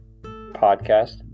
podcast